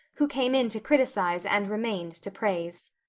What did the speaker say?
who came in to criticize and remained to praise.